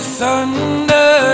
thunder